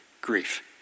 grief